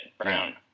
Brown